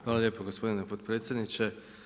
Hvala lijepo gospodine potpredsjedniče.